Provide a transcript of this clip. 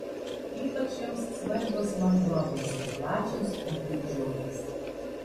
ypač joms svarbios mangrovės ir plačios upių žiotys